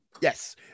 Yes